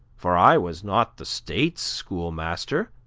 for i was not the state's schoolmaster,